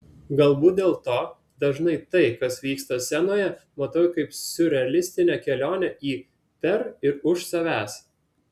galbūt dėl to dažnai tai kas vyksta scenoje matau kaip siurrealistinę kelionę į per ir už savęs